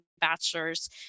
bachelor's